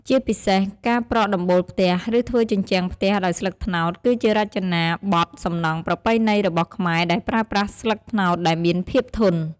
ជាពិសេស ការប្រក់ដំបូលផ្ទះ ឬធ្វើជញ្ជាំងផ្ទះដោយស្លឹកត្នោត គឺជារចនាបថសំណង់ប្រពៃណីរបស់ខ្មែរ ដែលប្រើប្រាស់ស្លឹកត្នោតដែលមានភាពធន់។